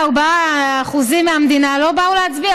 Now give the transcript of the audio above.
ש-44% מהמדינה לא באו להצביע,